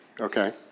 okay